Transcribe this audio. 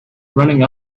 running